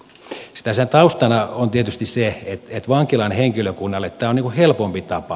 tässä taustana on tietysti se että vankilan henkilökunnalle tämä on helpompi tapa